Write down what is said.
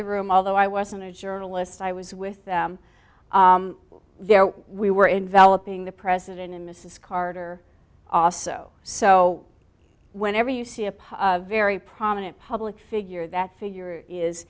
the room although i wasn't as journalists i was with them there we were enveloping the president and mrs carter also so whenever you see a pa very prominent public figure that figure is